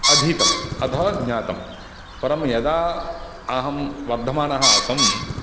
अधीतम् अथवा ज्ञातं परं यदा अहं वर्धमानः आसं